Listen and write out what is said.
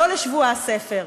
לא לשבוע הספר.